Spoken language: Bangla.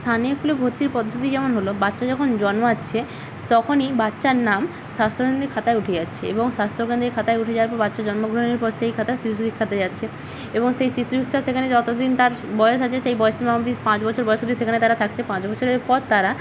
স্থানীয় কুলে ভর্তির পদ্ধতি যেমন হল বাচ্চা যখন জন্মাচ্ছে তখনই বাচ্চার নাম স্বাস্থ্যকেন্দ্রের খাতায় উঠে যাচ্ছে এবং স্বাস্থ্যকেন্দ্রের খাতায় উঠে যাওয়ার পর বাচ্চা জন্ম গ্রহণের পর সেই খাতা শিশু শিক্ষাতে যাচ্ছে এবং সেই শিশু শিক্ষা সেখানে যত দিন তার বয়স আছে সেই বয়স সীমা অব্দি পাঁচ বছর বয়স অব্দি সেখানে তারা থাকছে পাঁচ বছরের পর তারা